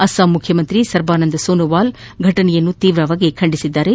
ಅಸ್ಪಾಂ ಮುಖ್ಯಮಂತ್ರಿ ಸರ್ಬಾನಂದ ಸೋನೊವಾಲ್ ಫಟನೆಯನ್ನು ತೀವ್ರವಾಗಿ ಖಂಡಿಸಿದ್ದಾರೆ